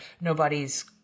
nobody's